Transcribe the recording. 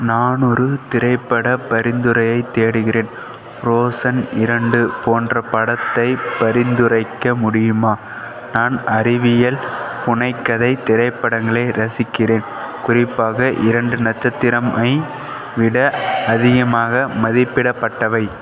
நான் ஒரு திரைப்படப் பரிந்துரையைத் தேடுகிறேன் ஃப்ரோஸன் இரண்டு போன்ற படத்தைப் பரிந்துரைக்க முடியுமா நான் அறிவியல் புனைகதை திரைப்படங்களை ரசிக்கிறேன் குறிப்பாக இரண்டு நட்சத்திரம் ஐ விட அதிகமாக மதிப்பிடப்பட்டவை